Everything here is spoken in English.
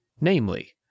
namely